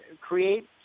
create